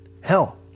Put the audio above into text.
hell